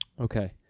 Okay